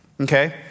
okay